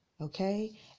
Okay